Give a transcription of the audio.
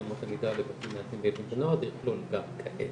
אמות המידה בבתים מאזנים בילדים ונוער זה יכלול גם כאלה.